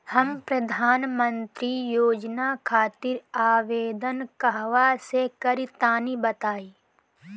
हम प्रधनमंत्री योजना खातिर आवेदन कहवा से करि तनि बताईं?